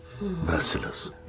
merciless